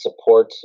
support